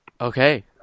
Okay